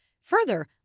Further